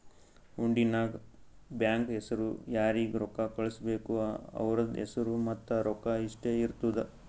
ಹುಂಡಿ ನಾಗ್ ಬ್ಯಾಂಕ್ ಹೆಸುರ್ ಯಾರಿಗ್ ರೊಕ್ಕಾ ಕಳ್ಸುಬೇಕ್ ಅವ್ರದ್ ಹೆಸುರ್ ಮತ್ತ ರೊಕ್ಕಾ ಇಷ್ಟೇ ಇರ್ತುದ್